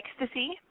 Ecstasy